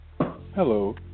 Hello